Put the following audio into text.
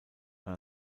man